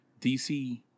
DC